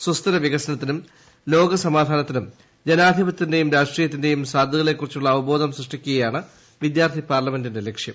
സുസ്ഥിരവികസനത്തിനും ല്യോക്സ്സ്മാധാനത്തിനും ജനാധിപത്യത്തിന്റെയും രാഷ്ട്രീയത്തിന്റെയും സാധ്യതകളെക്കുറിച്ചുള്ള അവബ്ദോധം സൃഷ്ടിക്കുകയാണ് വിദ്യാർത്ഥി പാർലമെന്റിന്റെ ലിക്ഷ്യം